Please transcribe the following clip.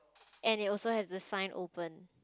and it also has a sign open